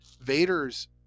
Vader's